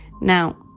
Now